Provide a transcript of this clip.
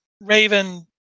Raven